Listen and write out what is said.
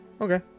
okay